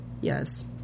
yes